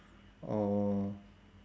or